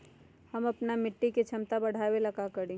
हम अपना मिट्टी के झमता बढ़ाबे ला का करी?